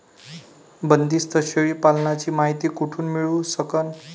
बंदीस्त शेळी पालनाची मायती कुठून मिळू सकन?